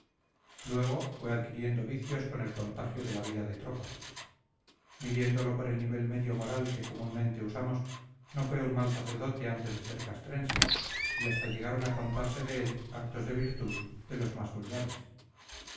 luego fue adquiriendo vicios con el contagio de la vida de tropa midiéndolo por el nivel medio moral que comúnmente usamos no fue un mal sacerdote antes de ser castrense y hasta llegaron a contarse de él actos de virtud de los más vulgares